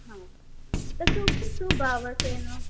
હ તો શું શું ભાવ હશે એનો